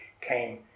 came